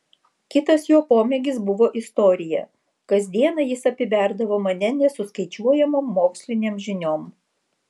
kitas jo pomėgis buvo istorija kasdieną jis apiberdavo mane nesuskaičiuojamom mokslinėm žiniom